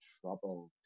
troubled